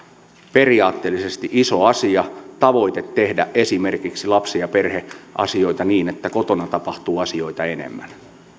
periaatteellisesti iso asia tavoite tehdä esimerkiksi lapsi ja perheasioita niin että kotona tapahtuu asioita enemmän